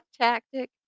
tactic